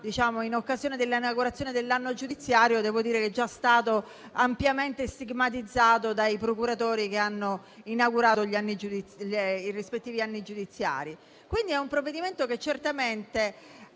in occasione dell'inaugurazione dell'anno giudiziario, il testo è stato ampiamente stigmatizzato dai procuratori che hanno inaugurato i rispettivi anni giudiziari. È un provvedimento che certamente